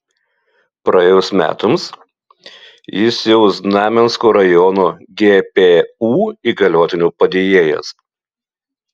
praėjus metams jis jau znamensko rajono gpu įgaliotinio padėjėjas